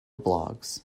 bloggs